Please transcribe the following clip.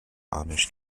amish